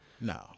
No